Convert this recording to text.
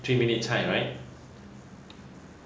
three minute 菜 right